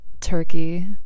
turkey